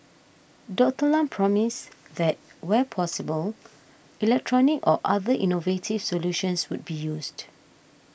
Doctor Lam promised that where possible electronic or other innovative solutions would be used